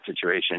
situation